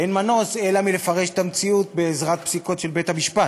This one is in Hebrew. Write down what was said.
אין מנוס אלא מלפרש את המציאות בעזרת פסיקות של בית-המשפט,